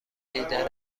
دیدن